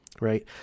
Right